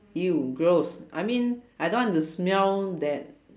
!eww! gross I mean I don't want to smell that